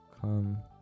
come